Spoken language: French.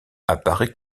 apparaît